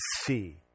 see